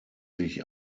sich